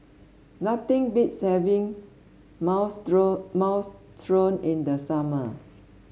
nothing beats having Minestrone Minestrone in the summer